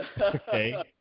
Okay